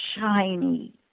shiny